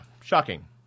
Shocking